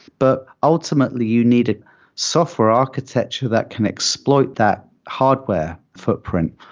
but ultimately, you need a software architecture that can exploit that hardware footprint.